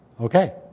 Okay